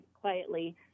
quietly